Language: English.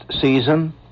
season